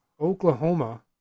Oklahoma